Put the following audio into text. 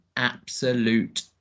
absolute